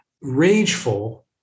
rageful